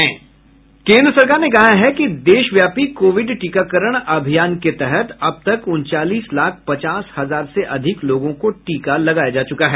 केन्द्र सरकार ने कहा है कि देशव्यापी कोविड टीकाकरण अभियान के तहत अब तक उनचालीस लाख पचास हजार से अधिक लोगों को टीका लगाया जा चुका है